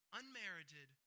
unmerited